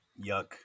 Yuck